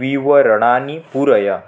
विवरणानि पूरय